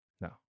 No